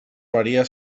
varia